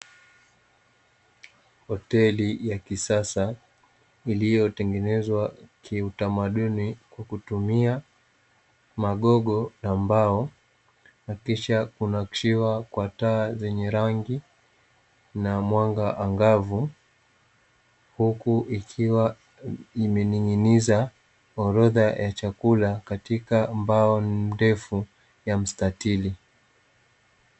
Hoteli ya kisasa iliyotengenezwa kiutamaduni hutumia magogo na mbao, na kisha kunakishiwa kwa taa zenye rangi na mwanga angavu, huku ikiwa imeningininiza orodha ya chakula katika mbao ni ndefu ya mstatili.